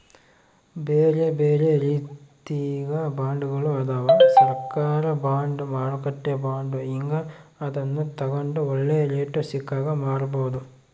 ಬೇರೆಬೇರೆ ರೀತಿಗ ಬಾಂಡ್ಗಳು ಅದವ, ಸರ್ಕಾರ ಬಾಂಡ್, ಮಾರುಕಟ್ಟೆ ಬಾಂಡ್ ಹೀಂಗ, ಅದನ್ನು ತಗಂಡು ಒಳ್ಳೆ ರೇಟು ಸಿಕ್ಕಾಗ ಮಾರಬೋದು